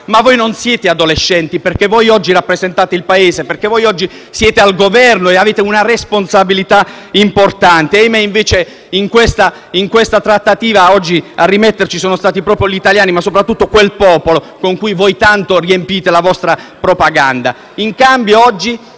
Ma voi non siete adolescenti perché voi oggi rappresentate il Paese, perché voi oggi siete al Governo e avete una responsabilità importante e - ahimè - invece, in questa trattativa, oggi, a rimetterci sono stati proprio gli italiani ma soprattutto quel popolo con cui tanto riempite la vostra propaganda.